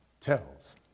tells